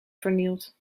vernield